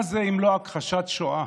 מה זה אם לא הכחשת שואה?